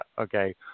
Okay